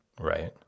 Right